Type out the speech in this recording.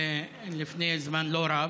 לפני זמן לא רב,